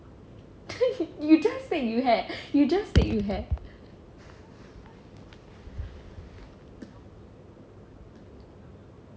you just said you have you just say you have